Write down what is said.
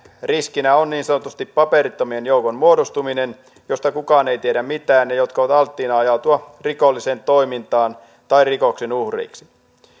riskinä on niin sanotusti paperittomien joukon muodostuminen joista kukaan ei tiedä mitään ja jotka ovat alttiina ajautumaan rikolliseen toimintaan tai rikoksen uhriksi